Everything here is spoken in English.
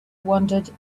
wandered